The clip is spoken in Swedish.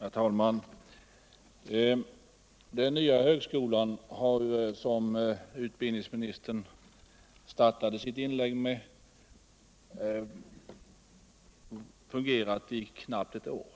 Herr talman! Den nya högskolan har nu verkat i knappt ett år.